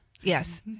Yes